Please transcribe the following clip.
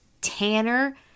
Tanner